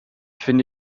finde